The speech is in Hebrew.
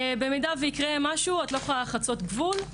אבל במידה ויקרה משהו, את לא יכולה לחצות גבול.